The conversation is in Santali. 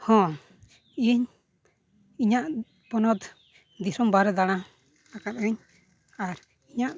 ᱦᱮᱸ ᱤᱧ ᱤᱧᱟᱜ ᱯᱚᱱᱚᱛ ᱫᱤᱥᱞᱚᱢ ᱵᱟᱭᱨᱮ ᱫᱟᱬᱟ ᱟᱠᱟᱫ ᱟᱹᱧ ᱟᱨ ᱤᱧᱟᱜ